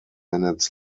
minutes